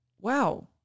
wow